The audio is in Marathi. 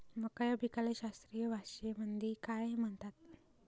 मका या पिकाले शास्त्रीय भाषेमंदी काय म्हणतात?